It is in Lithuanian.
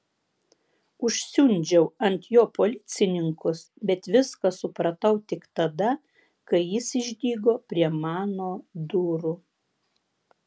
užsiundžiau ant jo policininkus bet viską supratau tik tada kai jis išdygo prie mano durų